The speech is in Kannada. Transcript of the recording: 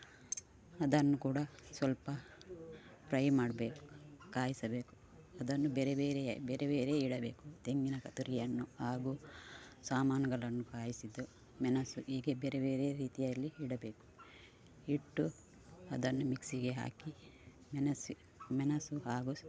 ಅದನ್ನು ಕೂಡ ಸ್ವಲ್ಪ ಪ್ರೈ ಮಾಡ್ಬೇಕು ಕಾಯಿಸಬೇಕು ಅದನ್ನು ಬೇರೆ ಬೇರೆ ಬೇರೆ ಬೇರೆ ಇಡಬೇಕು ತೆಂಗಿನ ತುರಿಯನ್ನು ಹಾಗು ಸಾಮಾನುಗಳನ್ನು ಕಾಯಿಸಿದ್ದು ಮೆಣಸು ಹೀಗೆ ಬೇರೆ ಬೇರೆ ರೀತಿಯಲ್ಲಿ ಇಡಬೇಕು ಇಟ್ಟು ಅದನ್ನು ಮಿಕ್ಸಿಗೆ ಹಾಕಿ ಮೆಣಸು ಮೆಣಸು ಹಾಗೂ